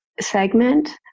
segment